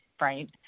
right